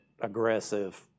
aggressive